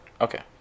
Okay